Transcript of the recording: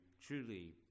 truly